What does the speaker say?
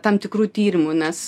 tam tikrų tyrimų nes